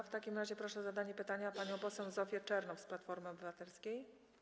W takim razie proszę o zadanie pytania panią poseł Zofię Czernow z Platformy Obywatelskiej.